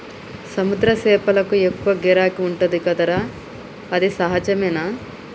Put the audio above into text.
సముద్ర చేపలకు ఎక్కువ గిరాకీ ఉంటది కదా అది సహజమే